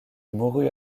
mourut